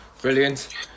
Brilliant